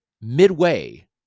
midway